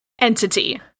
entity